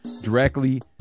directly